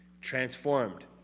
transformed